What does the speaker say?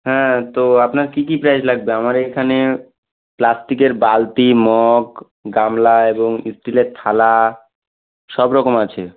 হ্যাঁ তো আপনার কী কী প্রাইজ লাগবে আমার এখানে প্লাস্টিকের বালতি মগ গামলা এবং স্টিলের থালা সব রকম আছে